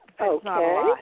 Okay